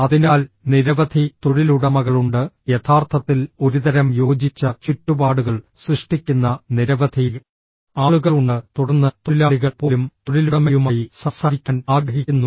അതിനാൽ നിരവധി തൊഴിലുടമകളുണ്ട് യഥാർത്ഥത്തിൽ ഒരുതരം യോജിച്ച ചുറ്റുപാടുകൾ സൃഷ്ടിക്കുന്ന നിരവധി ആളുകൾ ഉണ്ട് തുടർന്ന് തൊഴിലാളികൾ പോലും തൊഴിലുടമയുമായി സംസാരിക്കാൻ ആഗ്രഹിക്കുന്നു